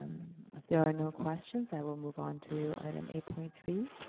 if there are no questions, i will move on to item eight point three.